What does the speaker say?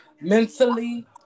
mentally